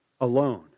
alone